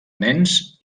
nens